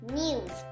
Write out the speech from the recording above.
news